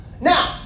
Now